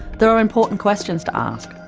there are important questions to ask.